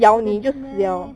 got that big meh